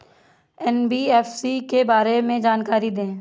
NBFC के बारे में जानकारी दें?